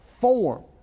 form